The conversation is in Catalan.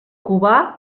cubà